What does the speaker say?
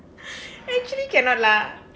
actually cannot lah